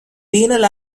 penal